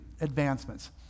advancements